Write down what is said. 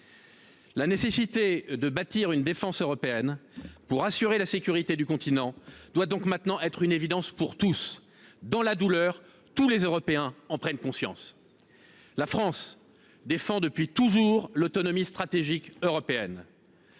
La nécessité de bâtir une défense européenne pour assurer la sécurité du continent doit donc maintenant être une évidence pour tous. Dans la douleur, tous les Européens en prennent conscience. La France défend depuis toujours l’autonomie stratégique européenne.